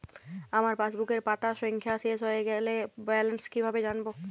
আমার পাসবুকের পাতা সংখ্যা শেষ হয়ে গেলে ব্যালেন্স কীভাবে জানব?